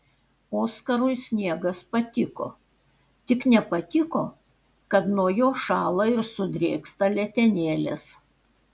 oskarui sniegas patiko tik nepatiko kad nuo jo šąla ir sudrėksta letenėlės